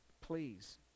please